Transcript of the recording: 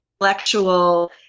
intellectual